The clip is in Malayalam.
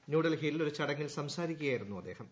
ന്യൂഡെൽഹിയിൽ ഒരു ചടങ്ങിൽ സംസാരിക്കുകയായിരുന്നു അദ്ദേഹം